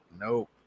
Nope